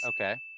Okay